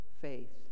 faith